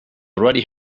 already